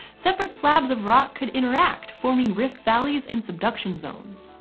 separate slabs of rock could interact, forming rift valleys and subduction zones.